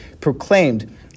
proclaimed